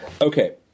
Okay